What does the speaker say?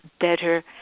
better